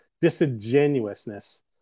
disingenuousness